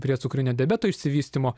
prie cukrinio diabeto išsivystymo